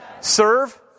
serve